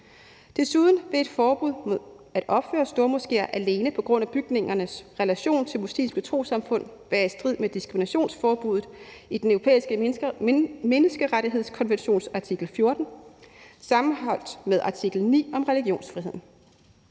Desuden vil et forbud mod at opføre stormoskéer alene på grund af bygningernes relation til muslimske trossamfund være i strid med diskriminationsforbuddet i Den Europæiske Menneskerettighedskonventions artikel 14 sammenholdt med artikel 9 om religionsfriheden.